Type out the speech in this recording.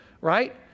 right